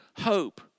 hope